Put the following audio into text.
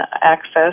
access